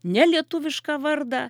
nelietuvišką vardą